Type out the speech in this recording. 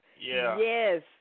Yes